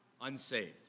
Unsaved